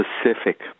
specific